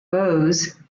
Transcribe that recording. bose